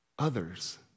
others